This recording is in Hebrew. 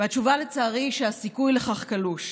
והתשובה, לצערי, היא שהסיכוי לכך קלוש.